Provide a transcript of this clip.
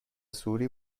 سوری